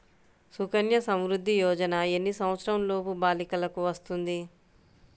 సుకన్య సంవృధ్ది యోజన ఎన్ని సంవత్సరంలోపు బాలికలకు వస్తుంది?